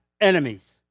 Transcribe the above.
enemies